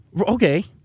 Okay